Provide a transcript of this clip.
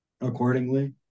accordingly